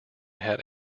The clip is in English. had